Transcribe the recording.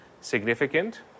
significant